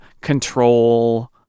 control